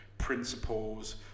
principles